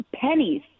pennies